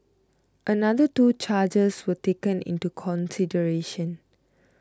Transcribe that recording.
another two charges were taken into consideration